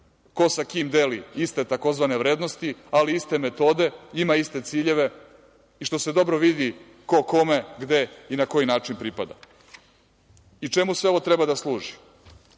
ko sa kim deli iste tzv. vrednosti, ali i iste metode, ima iste ciljeve i, što se dobro vidi, ko kome gde i na koji način pripada. Čemu sve ovo treba da služi?